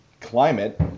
climate